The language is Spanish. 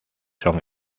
son